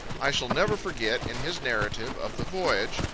i shall never forget, in his narrative of the voyage,